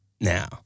now